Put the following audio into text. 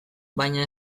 baina